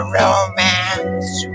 romance